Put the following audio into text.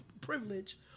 privilege